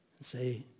say